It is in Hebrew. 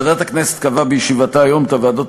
ועדת הכנסת קבעה בישיבתה היום את הוועדות